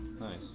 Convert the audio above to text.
Nice